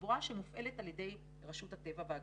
גלבוע שמופעלת על ידי רשות הטבע והגנים.